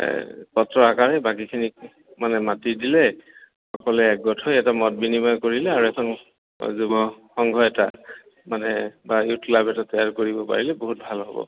পত্ৰ আকাৰে বাকীখিনিক মানে মাতি দিলে সকলোৱে একগোট হৈ এটা মত বিনিময় কৰিলে আৰু এখন যুৱ সংঘ এটা মানে বা ইউথ ক্লাব এটা তৈয়াৰ কৰিব পাৰিলে বহুত ভাল হ'ব